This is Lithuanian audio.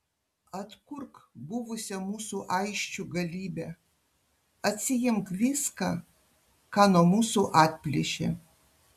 atkurk buvusią mūsų aisčių galybę atsiimk viską ką nuo mūsų atplėšė